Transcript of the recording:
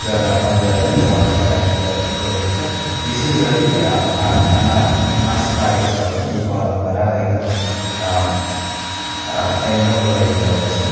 जग्गामा गएर च चढाइने गरिन्छ विशेष गरी भान्सामा मासु पाकेको छ भने यो परम्परा एकदम एकदम गरिने गर्दछन्